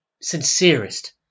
sincerest